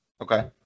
Okay